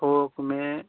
थोक में